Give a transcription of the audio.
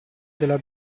della